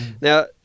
Now